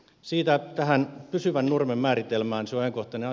siitä tähän pysyvän nurmen määritelmään